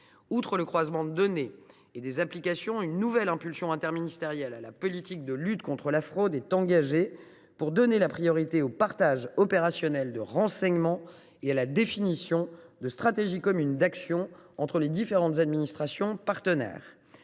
à des croisements de données et d’applications. En outre, une nouvelle impulsion interministérielle à la politique de lutte contre la fraude est engagée, afin de donner la priorité aux partages opérationnels de renseignements et à la définition de stratégies communes d’action entre les différentes administrations partenaires.